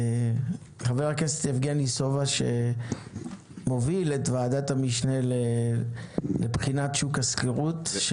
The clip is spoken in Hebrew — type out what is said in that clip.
חבר הכנסת יבגני סובה שמוביל את ועדת המשנה לבחינת שוק השכירות.